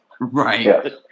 Right